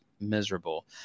miserable